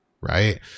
right